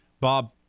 Bob